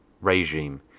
regime